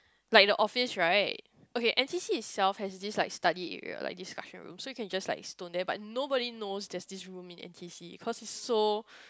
like the office right okay N_T_C itself have this like study area like discussion room so you just like stone there but nobody knows there this room in N_T_C because it's so